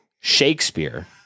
Shakespeare